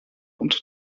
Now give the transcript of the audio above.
und